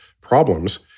problems